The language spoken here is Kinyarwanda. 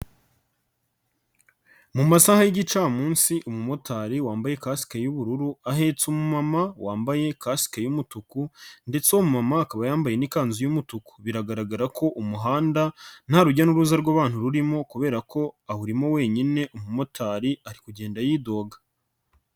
Mu masaha y'igicamunsi umumotari wambaye kasike y'ubururu ahetse umumama wambaye kasike y'umutuku ndetse uwo mumama akaba yambaye n'ikanzu y'umutuku, biragaragara ko umuhanda nta rujya n'uruza rw'abantutu rurimo kubera ko awurimo wenyine, umumotari ari kugenda yidoga.